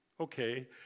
Okay